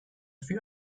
few